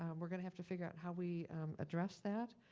um we're gonna have to figure out how we address that,